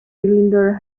cylinder